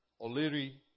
O'Leary